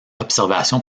observation